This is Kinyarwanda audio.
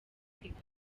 kwiga